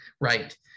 right